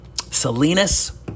Salinas